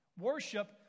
Worship